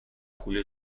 julio